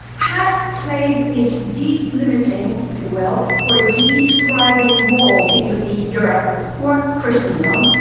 have played its delimiting, if you will, or describing role, vis-a-vis, europe or christendom,